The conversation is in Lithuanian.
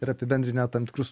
ir apibendrinę tam tikrus